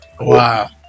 Wow